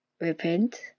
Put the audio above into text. repent